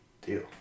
deal